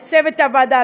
לצוות הוועדה,